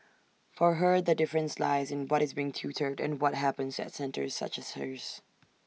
for her the difference lies in what is being tutored and what happens at centres such as hers